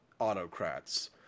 autocrats